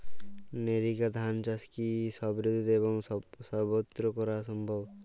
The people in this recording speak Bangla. নেরিকা ধান চাষ কি সব ঋতু এবং সবত্র করা সম্ভব?